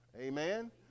Amen